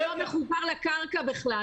זה לא מחובר לקרקע בכלל.